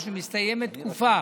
או שמסתיימת תקופה